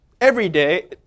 everyday